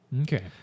Okay